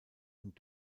und